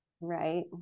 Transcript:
right